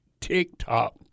TikTok